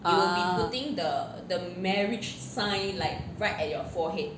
ah